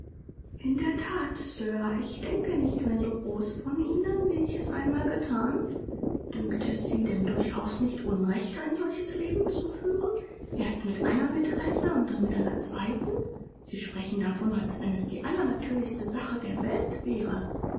in der that sir ich denke nicht mehr so groß von ihnen wie ich es einmal gethan dünkte es sie denn durchaus nicht unrecht ein solches leben zu führen erst mit einer maitresse und dann mit einer zweiten sie sprechen davon als wenn es die allernatürlichste sache der welt wäre